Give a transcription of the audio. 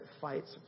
fights